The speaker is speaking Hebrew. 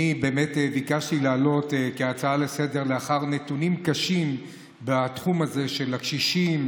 אני ביקשתי לעלות הצעה לסדר-היום לאחר נתונים קשים בתחום הזה על קשישים